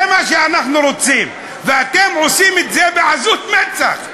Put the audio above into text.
זה מה שאנחנו רוצים, ואתם עושים את זה בעזות מצח.